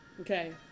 Okay